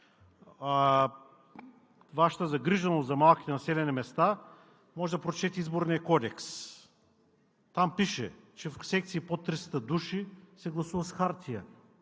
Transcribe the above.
Вашата загриженост за малките населени места можете да прочетете Изборния кодекс. Там пише, че в секции под 300 души се гласува с хартия.